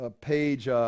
page